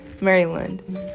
Maryland